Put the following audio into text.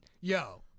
Yo